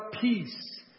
peace